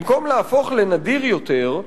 במקום להפוך לנדיר יותר,